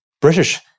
British